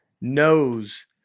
knows